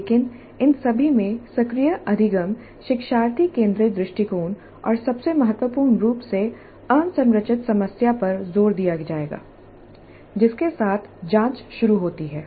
लेकिन इन सभी में सक्रिय अधिगम शिक्षार्थी केंद्रित दृष्टिकोण और सबसे महत्वपूर्ण रूप से असंरचित समस्या पर जोर दिया जाएगा जिसके साथ जांच शुरू होती है